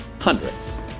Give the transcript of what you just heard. Hundreds